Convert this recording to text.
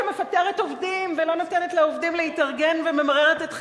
שמפטרת עובדים ולא נותנת לעובדים להתארגן וממררת את חייהם.